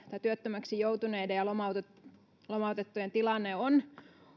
tämä työttömäksi joutuneiden ja lomautettujen tilanne on